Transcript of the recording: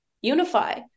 unify